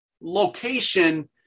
location